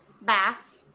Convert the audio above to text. bass